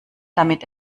damit